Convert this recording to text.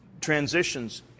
transitions